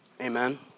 Amen